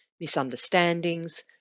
Misunderstandings